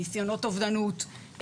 ניסיונות אובדנות,